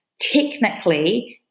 technically –